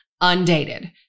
Undated